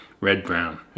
red-brown